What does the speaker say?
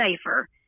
safer